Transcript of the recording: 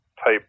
type